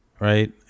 Right